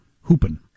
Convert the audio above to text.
hooping